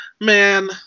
man